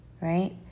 right